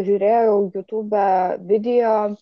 žiūrėjau jutūbe vidijo